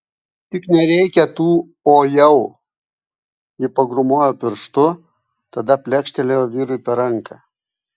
tik nereikia tų o jau ji pagrūmojo pirštu tada plekštelėjo vyrui per ranką